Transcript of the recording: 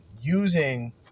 using